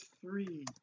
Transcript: three